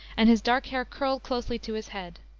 and his dark hair curled closely to his head.